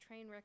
Trainwreck